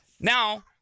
Now